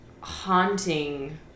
haunting